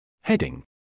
Heading